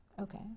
Okay